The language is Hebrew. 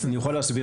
אני יכול להסביר.